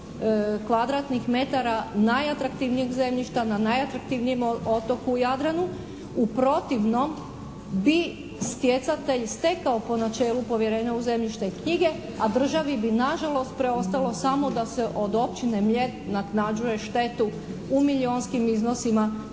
kvadratnih metara najatraktivnijeg zemljišta na najatraktivnijem otoku u Jadranu. U protivnom bi stjecatelj stekao po načelu povjerenja u zemljišne knjige, a državi bi nažalost preostalo samo da se od općine Mljet naknađuje štetu u milijunskim iznosima